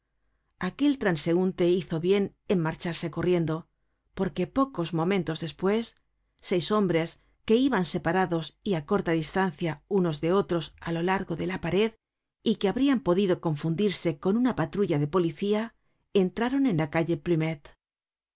aquel transeunte hizo bien en marcharse corriendo porque pocos momentos despues seis hombres que iban separados y á corta distancia unos de otros á lo largo de la pared y que habrian podido confundirse con una patrulla de policía entraron en la calle